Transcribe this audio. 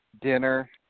dinner